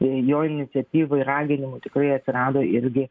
jo iniciatyvai raginimų tikrai atsirado irgi